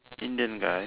Indian guy